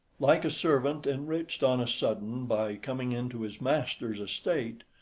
like a servant enriched on a sudden by coming into his master's estate,